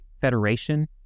Federation